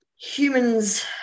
humans